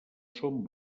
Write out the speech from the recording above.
són